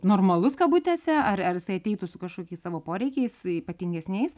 normalus kabutėse ar ar jisai ateitų su kažkokiais savo poreikiais ypatingesniais